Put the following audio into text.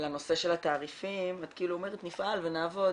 לנושא של התעריפים את אומרת נפעל ונעבוד,